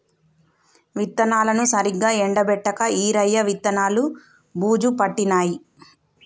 విత్తనాలను సరిగా ఎండపెట్టక ఈరయ్య విత్తనాలు బూజు పట్టినాయి